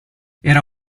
era